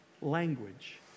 language